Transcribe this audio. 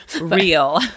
Real